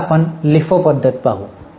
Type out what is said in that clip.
आता आपण लिफो पध्दत पाहू